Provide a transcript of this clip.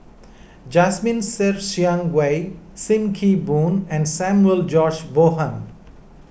Jasmine Ser Xiang Wei Sim Kee Boon and Samuel George Bonham